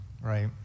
Right